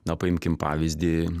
na paimkim pavyzdį